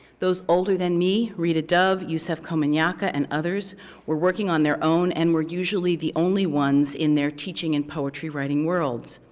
those older than me, rita dove, yusef komunyakaa, and others were working on their own and were usually the only ones in there teaching in poetry writing worlds.